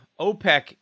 OPEC